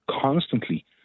constantly